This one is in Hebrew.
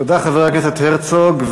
תודה, חבר הכנסת הרצוג.